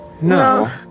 No